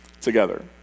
together